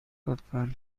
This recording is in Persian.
لطفا